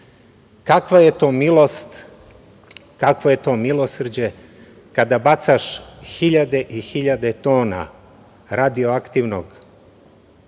Kakva je to milost, kakvo je to milosrđe kada bacaš hiljade i hiljade tona radioaktivnog